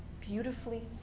beautifully